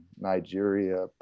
Nigeria